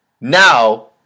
Now